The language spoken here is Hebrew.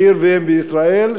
בעיר בישראל,